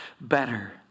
better